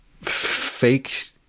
fake